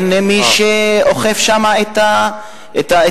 אין מי שאוכף שם את המהירות,